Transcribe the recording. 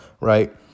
right